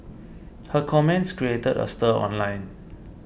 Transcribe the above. her comments created a stir online